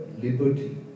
liberty